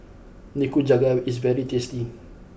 Nikujaga is very tasty